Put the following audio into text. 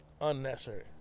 unnecessary